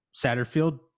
satterfield